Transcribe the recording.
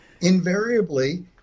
invariably